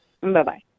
Bye-bye